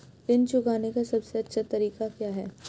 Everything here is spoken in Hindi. ऋण चुकाने का सबसे अच्छा तरीका क्या है?